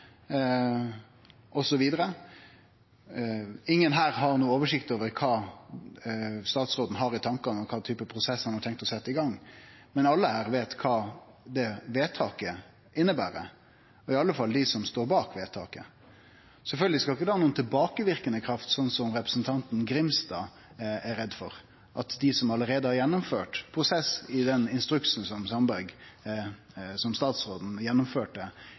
osv. Ingen her har noka oversikt over kva statsråden har i tankane om kva slags type prosess han har tenkt å setje i gang, men alle her veit kva det vedtaket inneber, i alle fall dei som står bak vedtaket. Det skal sjølvsagt ikkje ha nokon tilbakeverkande kraft, som representanten Grimstad er redd for – tilbakeverkande kraft for dei som allereie har gjennomført ein prosess i samband med den instruksen som